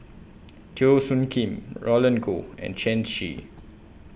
Teo Soon Kim Roland Goh and Shen Xi